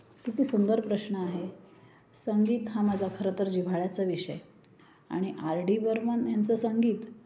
किती सुंदर प्रश्न आहे संगीत हा माझा खरं तर जिव्हाळ्याचा विषय आणि आर डी बर्मन यांचं संगीत